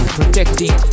protecting